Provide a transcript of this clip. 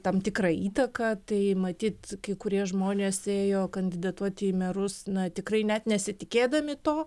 tam tikra įtaka tai matyt kai kurie žmonės ėjo kandidatuoti į merus na tikrai net nesitikėdami to